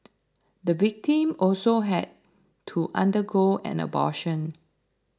the victim also had to undergo an abortion